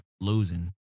losing